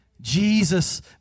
Jesus